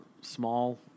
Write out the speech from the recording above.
small